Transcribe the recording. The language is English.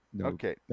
Okay